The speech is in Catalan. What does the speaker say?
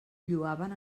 lloaven